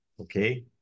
okay